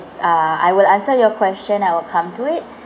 uh I will answer your question I will come to it